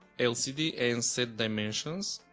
lcd and set dimensions